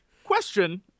Question